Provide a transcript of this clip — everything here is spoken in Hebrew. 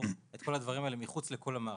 את כל הדברים האלה מחוץ לכל המערכת,